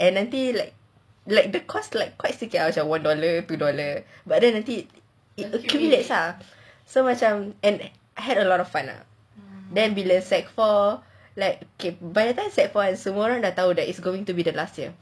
and until like the cost one dollar two dollar but then the thing is it accumulates lah so macam and had a lot of fun lah then bila secondary four okay by the time secondary four semua orang dah tahu that is going to be the last year